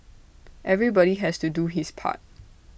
everybody has to do his part